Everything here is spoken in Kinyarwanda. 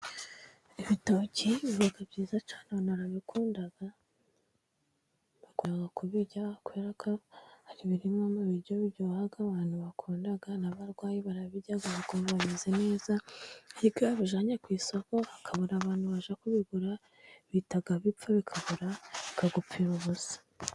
Ibitoki biba byiza cyane abantu barabikunda. Bakunda kubirya kubera ko ari bimwe mu biryo biryoha, abantu bakunda. n'abarwayi barabirya bakumva bameze neza, ariko iyo wabijyanye ku isoko hakabura abantu baje kubigura, bihita bipfa bikabora bikagupfira ubusa.